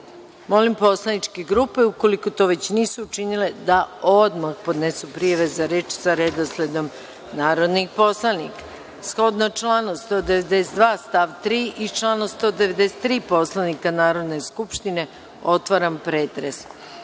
poslaničke grupe, ukoliko to već nisu učinile, da odmah podnesu prijave za reč sa redosledom narodnih poslanika. Shodno članu 192. stav 3. i članu 193. Poslovnika Narodne skupštine, otvaram pretres. Da